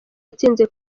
yatsinze